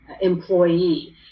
employee